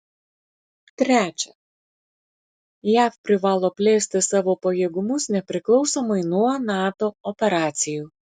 trečia jav privalo plėsti savo pajėgumus nepriklausomai nuo nato operacijų